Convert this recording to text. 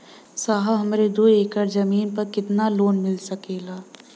साहब हमरे दो एकड़ जमीन पर कितनालोन मिल सकेला?